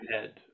head